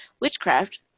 witchcraft